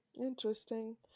Interesting